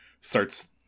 starts